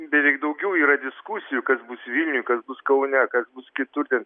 beveik daugiau yra diskusijų kas bus vilniuj kas bus kaune kas bus kitur ten